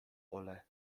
ole